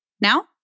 Now